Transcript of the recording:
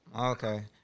okay